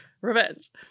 revenge